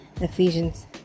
Ephesians